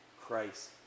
Christ